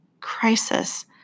crisis